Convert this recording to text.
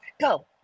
Go